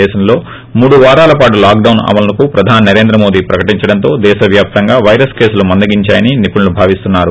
దేశంలో మూడువారాల పాటు లాక్డాన్ అమలును ప్రధాని నరేంద్ర మోదీ ప్రకటించడంతో దేశవ్యాప్తంగా వైరస్ కేసులు మందగించాయని నిపుణులు భావిస్తున్నారు